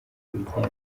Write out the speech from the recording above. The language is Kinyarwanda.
babigenza